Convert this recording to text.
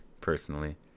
personally